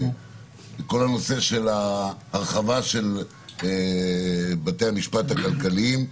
כל הנושא של הרחבה של בתי המשפט הכלכליים.